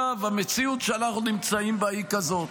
המציאות שאנחנו נמצאים בה היא כזאת,